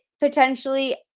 potentially